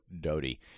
Doty